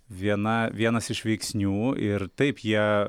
viena vienas iš veiksnių ir taip jie